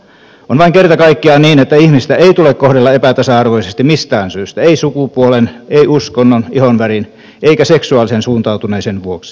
on vain kerta kaikkiaan niin että ihmistä ei tule kohdella epätasa arvoisesti mistään syystä ei sukupuolen ei uskonnon ihonvärin eikä seksuaalisen suuntautuneisuuden vuoksi